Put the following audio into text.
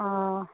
অঁ